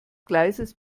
gleises